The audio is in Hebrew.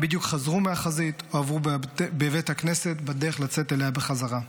הם בדיוק חזרו מהחזית או עברו בבית הכנסת בדרך לצאת אליה בחזרה.